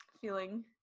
feeling